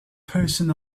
person